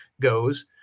goes